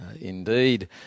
indeed